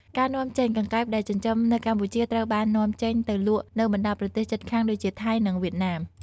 ការនាំចេញ កង្កែបដែលចិញ្ចឹមនៅកម្ពុជាត្រូវបាននាំចេញទៅលក់នៅបណ្ដាប្រទេសជិតខាងដូចជា ថៃ និងវៀតណាម។